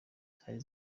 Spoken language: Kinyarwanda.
zari